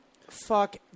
fuck